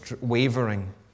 wavering